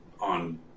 on